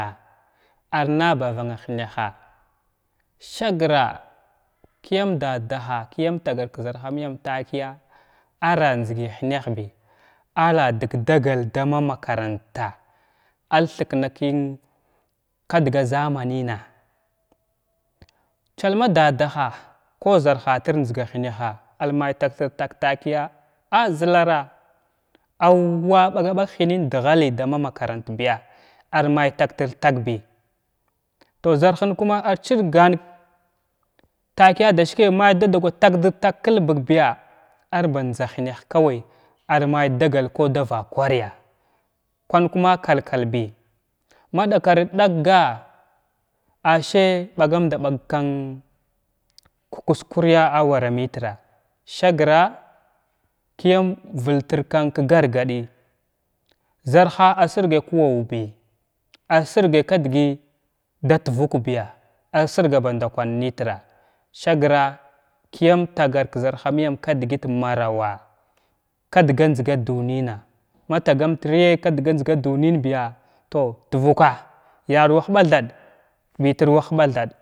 Ar naba vana hənaha sigra kəyam dadaha kəyam tagar kzarha məyam takəya ara njzgy hənahbi ara dəg dagal dama makaranta nr thikna kan kadga zamanəna chal ma dadaha ko zarha tir njzga hənaha ar may tagtir tag takəya an zərara aw wa ɓagaɓag hanan dghaləy dama makarantibiya ar may tagtir taghiya tow zarhən kuma ar chirgan takəya das kəy may dada kwa tagdət tag kalbugbiya ar banjza hənah kaway ar may dagal ku da vakwarya kwan kuma kalkal bi ma ɗakarətɗakga ashay ɓagam ndaɓag kən k-kus-kuraya awara mətra sigra kəyam vəltir kanka gar gaɗi zarha ar siragay lau awbi ar sirgay k dəgəy dat vokbiya ar sirga ba ndakwan nətira sigra kəyam tagar k zarhaməyam k dəgət marawa kad ga njzga dunina ma tagam tra k daga dunənbiya tow tvokwa yanwa huɓa thad bətir wa huɓa thad.